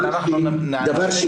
אבל אנחנו נמשיך,